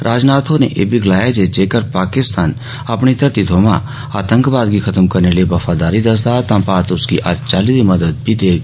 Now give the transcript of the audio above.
राजनाथ होरें एह् बी गलाया जेकर पाकिस्तान अपनी धरती थमां आतंकवाद गी खत्म करने लेई वफादारी दस्सदा ता भारत उसगी हर चाल्ली दी मदद देग